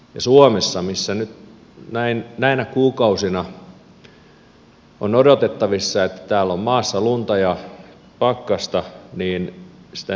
suomessa missä nyt näinä kuukausina on odotettavissa että täällä on maassa lunta ja pakkasta sitä energiaa tarvitaan